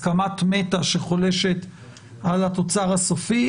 הסכמת מטא שחולשת על התוצר הסופי,